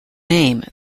name